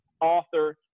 author